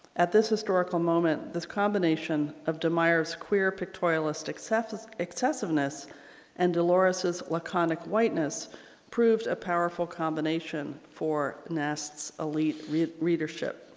at this historical moment this combination of de meyer's queer pictorialist excessiveness excessiveness and dolores laconic whiteness proved a powerful combination for nast elite readership.